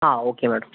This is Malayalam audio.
ആ ഓക്കെ മാഡം